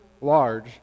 large